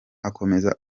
akomeza